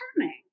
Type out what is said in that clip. turning